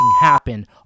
happen